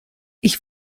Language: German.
ich